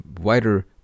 wider